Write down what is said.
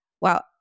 well-